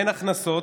אין הכנסות.